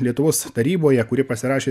lietuvos taryboje kuri pasirašė